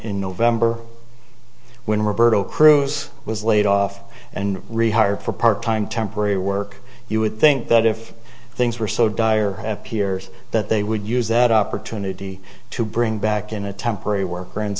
in november when roberta cruz was laid off and rehired for part time temporary work you would think that if things were so dire appears that they would use that opportunity to bring back in a temporary work